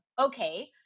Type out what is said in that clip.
okay